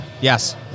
Yes